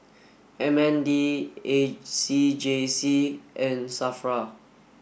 M N D A C J C and SAFRA